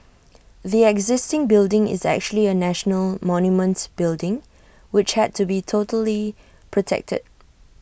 the existing building is actually A national monument building which had to be totally protected